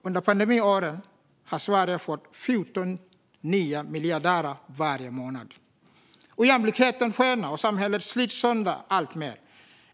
Under pandemiåren har Sverige fått 14 nya miljardärer - varje månad! Ojämlikheten skenar, och samhället slits sönder alltmer.